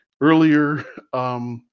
earlier